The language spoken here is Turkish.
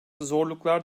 zorluklar